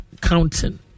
counting